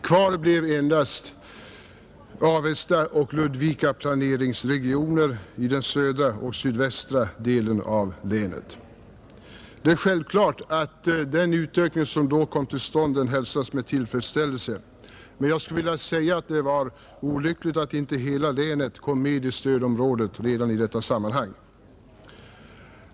Kvar blev endast Avesta och Ludvika planerings Regional utveckling Givetvis hälsades den utökning som då kom till stånd med tillfredsställelse, men det var olyckligt att inte hela länet kom med i stödområdet i det sammanhanget.